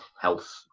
health